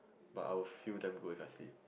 but I will feel damn good if I sleep